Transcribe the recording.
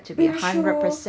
不如说